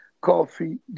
Coffee